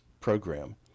program